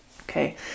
Okay